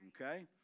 okay